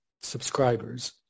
subscribers